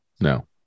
No